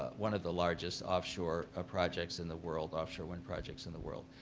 one of the largest offshore ah projects in the world, offshore wind projects in the world.